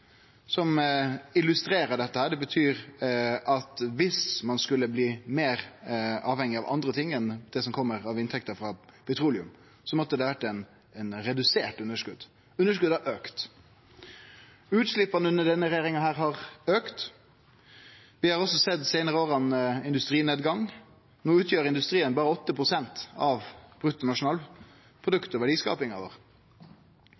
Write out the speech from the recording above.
som illustrerer dette. Dersom ein skulle blitt meir avhengig av andre ting enn det som kjem av inntekta frå petroleum, måtte det ha vore eit redusert underskot. Underskotet har auka. Utsleppa under denne regjeringa har auka. Vi har også sett industrinedgang dei seinare åra. No utgjer industrien berre 8 pst. av bruttonasjonalproduktet og verdiskapinga vår,